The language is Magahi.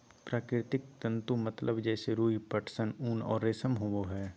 प्राकृतिक तंतु मतलब जैसे रुई, पटसन, ऊन और रेशम होबो हइ